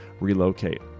relocate